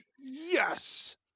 Yes